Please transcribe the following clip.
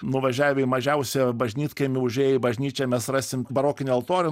nuvažiavę į mažiausią bažnytkaimį užėję į bažnyčią mes rasim barokinį altorių